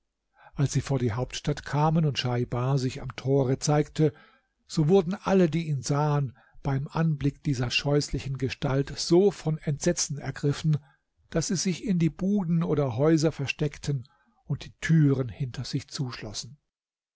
als sie vor die hauptstadt kamen und schaibar sich am tore zeigte so wurden alle die ihn sahen beim anblick dieser scheußlichen gestalt so von entsetzen ergriffen daß sie sich in die buden oder häuser versteckten und die türen hinter sich zuschlossen